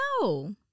No